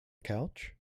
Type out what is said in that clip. couch